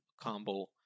combo